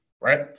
right